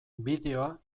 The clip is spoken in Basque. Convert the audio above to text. bideoa